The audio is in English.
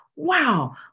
wow